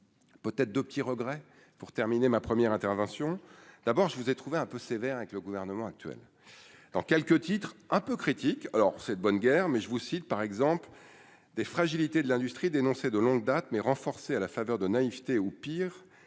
peut-être de petits regrets pour terminer ma première intervention d'abord je vous ai trouvé un peu sévère avec le gouvernement actuel dans quelques titres un peu critique, alors c'est de bonne guerre mais je vous cite par exemple des fragilités de l'industrie dénoncée de longue date mais renforcés à la faveur de naïveté, au pire de